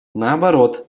наоборот